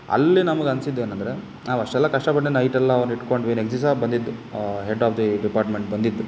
ಅಲ್ಲಿ ನಮಗೆ ಅನ್ಸಿದ್ದು ಏನಂದರೆ ನಾವು ಅಷ್ಟೆಲ್ಲ ಕಷ್ಟಪಟ್ಟು ನೈಟೆಲ್ಲ ಅವ್ನ ಇಟ್ಟುಕೊಂಡ್ವಿ ನೆಕ್ಸ್ಟ್ ದಿವ್ಸ ಬಂದಿದ್ದು ಆ ಹೆಡ್ ಆಫ್ ದಿ ಡಿಪಾರ್ಟ್ಮೆಂಟ್ ಬಂದಿತ್ತು